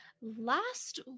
last